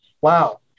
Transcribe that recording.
Wow